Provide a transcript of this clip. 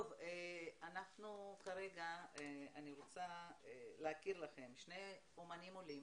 אני רוצה להכיר לכם שני אמנים עולים